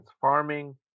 farming